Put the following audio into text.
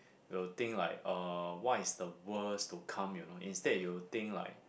will think like uh what is the worst to come you know instead you think like